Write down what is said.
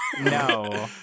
no